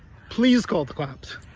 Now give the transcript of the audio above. please call the cops.